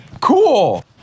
cool